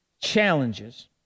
challenges